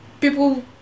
people